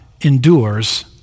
endures